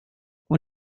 och